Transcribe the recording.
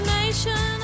nation